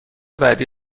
بعدی